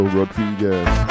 Rodriguez